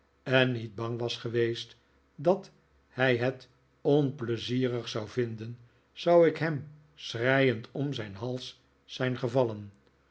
en niet bang was geweest dat hij het onpleizierig zou vinden zou ik hem schreiend om zijn hals zijn ge